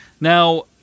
now